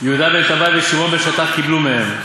"יהודה בן טבאי ושמעון בן שטח קיבלו מהם.